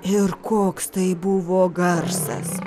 ir koks tai buvo garsas